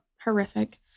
Horrific